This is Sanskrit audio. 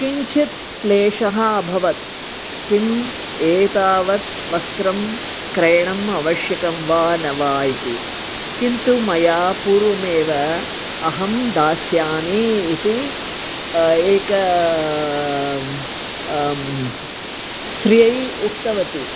किञ्चित् क्लेशः अभवत् किम् एतावत् वस्त्रं क्रयणम् आवश्यकं वा न वा इति किन्तु मया पूर्वमेव अहं दास्यामि इति एक स्रियै उक्तवती